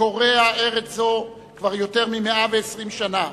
הקורע ארץ זו כבר יותר מ-120 שנה,